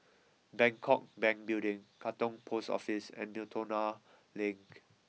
Bangkok Bank Building Katong Post Office and Miltonia Link